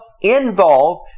involve